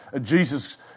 Jesus